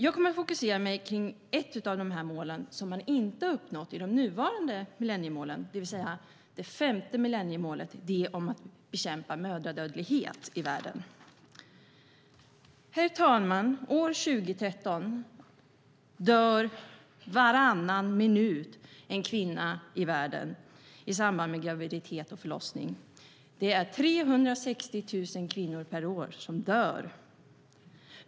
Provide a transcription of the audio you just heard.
Jag kommer att fokusera på ett av de nuvarande millenniemålen som inte har uppnåtts, nämligen det femte millenniemålet om att bekämpa mödradödlighet i världen. Herr talman! År 2013 dör varannan minut en kvinna i världen i samband med graviditet och förlossning. Det är 360 000 kvinnor per år som dör.